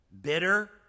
bitter